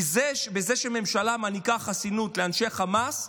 כי בזה שהממשלה מעניקה חסינות לאנשי החמאס,